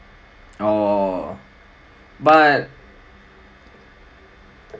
oh but